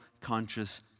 conscious